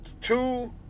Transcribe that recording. two